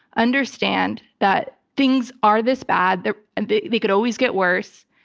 understand that things are this bad there. and they could always get worse.